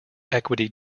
equity